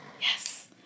Yes